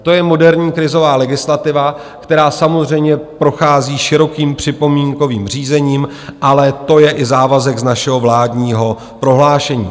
To je moderní krizová legislativa, která samozřejmě prochází širokým připomínkovým řízením, ale je to i závazek z našeho vládního prohlášení.